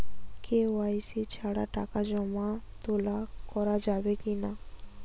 KYC ছাড়া টাকা জমা তোলা করা যাবে কি না?